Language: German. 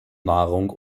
nahrung